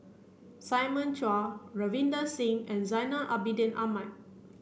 Simon Chua Ravinder Singh and Zainal Abidin Ahmad